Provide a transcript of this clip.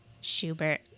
Schubert